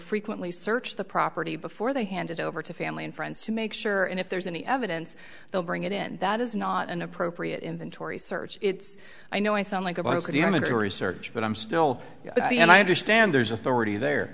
frequently search the property before they handed over to family and friends to make sure and if there's any evidence they'll bring it in that is not an appropriate inventory search i know i sound like i'm going to do research but i'm still and i understand there's authority there